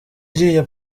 iriya